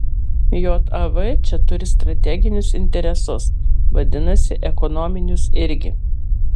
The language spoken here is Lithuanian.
jav čia turi strateginius interesus vadinasi ekonominius irgi